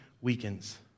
weakens